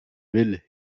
will